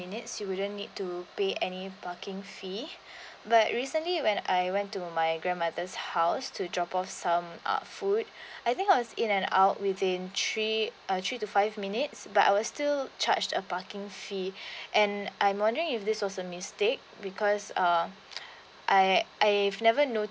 minutes you wouldn't need to pay any parking fee but recently when I went to my grandmother's house to drop off some uh food I think I was in and out within three uh three to five minutes but I was still charged a parking fee and I am wondering if this was a mistake because uh I I've never noticed